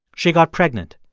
she got pregnant.